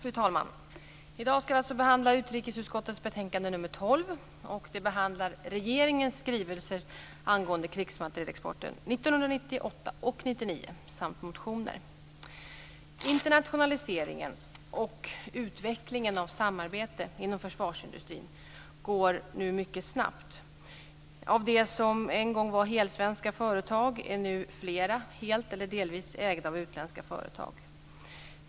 Fru talman! I dag ska vi behandla utrikesutskottets betänkande nr 12. Det behandlar regeringens skrivelser angående krigsmaterielexporten 1998 och 1999 Internationaliseringen och utvecklingen av samarbete inom försvarsindustrin går nu mycket snabbt. Av det som en gång var helsvenska företag är nu flera helt eller delvis ägda av utländska företag.